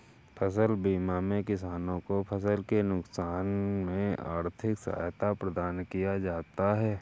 फसल बीमा में किसानों को फसल के नुकसान में आर्थिक सहायता प्रदान किया जाता है